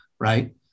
Right